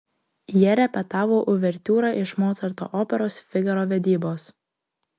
jie repetavo uvertiūrą iš mocarto operos figaro vedybos